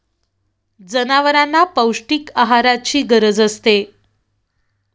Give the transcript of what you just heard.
जनावरांना पौष्टिक आहाराची गरज असते